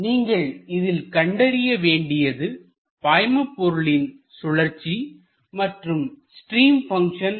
நீங்கள் இதில் கண்டறிய வேண்டியது பாய்மபொருளின் சுழற்சி மற்றும் ஸ்ட்ரீம் பங்ஷன்